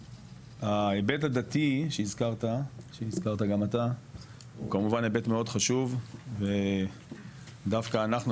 ההיבט הדתי שהזכרת הוא כמובן היבט מאוד חשוב ודווקא אנחנו,